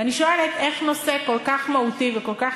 ואני שואלת: איך נושא כל כך מהותי וכל כך